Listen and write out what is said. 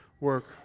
work